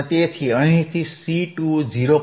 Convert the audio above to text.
તેથી અહીંથી C2 0